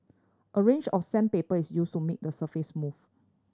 a range of sandpaper is used to make the surface smooth